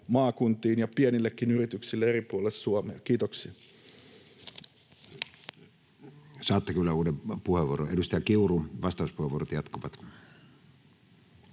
maakuntiin ja pienillekin yrityksille eri puolille Suomea. — Kiitoksia. Saatte kyllä uuden puheenvuoron. — Vastauspuheenvuorot jatkuvat.